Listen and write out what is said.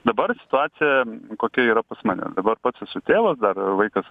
dabar situacija kokia yra pas mane dabar pats esu tėvas dar vaikas